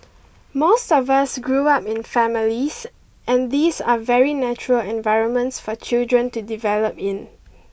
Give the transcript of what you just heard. most of us grew up in families and these are very natural environments for children to develop in